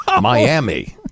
Miami